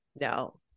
no